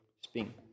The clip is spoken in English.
spin